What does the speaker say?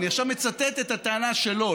אני עכשיו מצטט את הטענה שלו,